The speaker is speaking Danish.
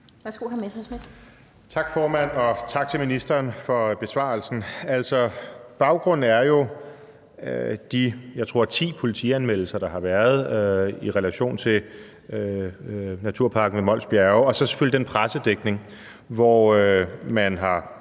Tak, formand, og tak til ministeren for besvarelsen. Altså, baggrunden er jo de, jeg tror, det er ti politianmeldelser, der har været i relation til naturparken ved Mols Bjerge, og så selvfølgelig den pressedækning, hvor man